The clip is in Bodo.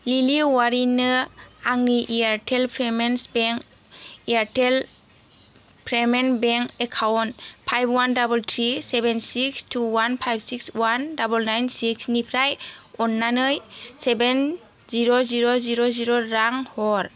लिलि औवारिनो आंनि Airtel payments bank Airtel payment bank account five one double three seven six two one five six one double nine six निफ्राय अननानै seven zero zero zero zero रां हर